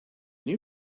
new